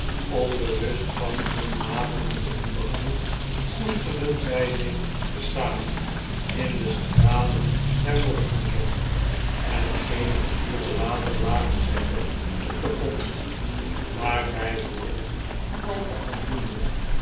onbewust van hun naderenden ondergang koesterden zij zich tezamen in de stralen der morgenzon en eenige uren later iagen zij dood op den grond maar wij worden al te aandoenlijk